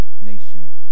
nation